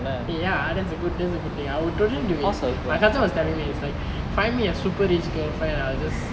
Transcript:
eh ya that's a good that's a good thing I would totally do it my cousin was telling me it's like find me a super rich girlfriend I'll just